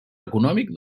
econòmic